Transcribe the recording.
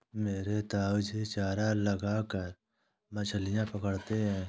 मेरे ताऊजी चारा लगाकर मछलियां पकड़ते हैं